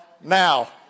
Now